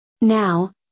Now